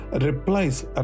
replies